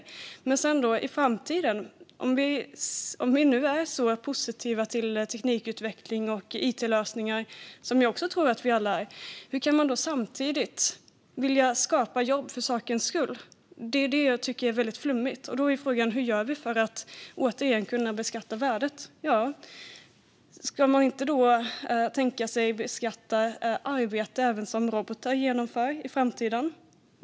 Om vi nu är så positiva inför framtiden när det gäller teknikutveckling och it-lösningar - som jag också tror att vi alla är - hur kan man då samtidigt vilja skapa jobb för sakens skull? Det är det jag tycker är väldigt flummigt. Då är frågan: Hur gör vi för att återigen kunna beskatta värdet? Ska man inte då tänka sig att beskatta även det arbete som robotar utför i framtiden?